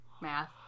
math